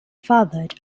fathered